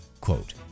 Quote